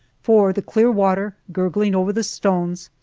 for the clear water gurgling over the stones,